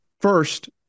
first